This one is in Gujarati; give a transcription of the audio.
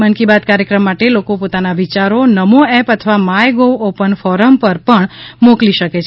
મન કી બાત કાર્યક્રમ માટે લોકો પોતાના વિચારો નમો એપ અથવા માય ગોવ ઓપન ફોરમ પર પણ મોકલી શકે છે